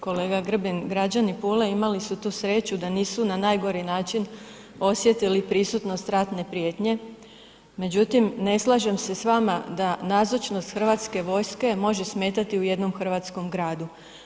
Kolega Grbin, građani Pule imali su tu sreću da nisu na najgori način osjetili prisutnost ratne prijetnje, međutim, ne slažem se s vama da nazočnost Hrvatske vojske može smetati u jednom hrvatskom gradu.